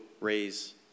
raise